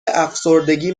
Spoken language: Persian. افسردگی